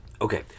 Okay